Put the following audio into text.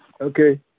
Okay